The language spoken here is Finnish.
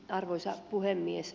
arvoisa puhemies